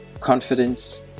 confidence